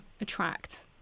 attract